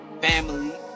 family